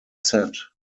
set